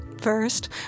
First